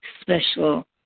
special